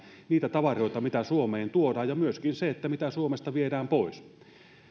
niitä tavaroita mitä suomeen tuodaan ja myöskin sitä mitä suomesta viedään pois